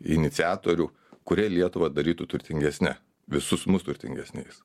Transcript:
iniciatorių kurie lietuvą darytų turtingesne visus mus turtingesniais